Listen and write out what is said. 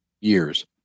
years